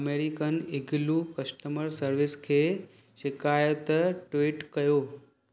अमेरीकनि Igloo customer service खे शिकायत ट्विटु कयो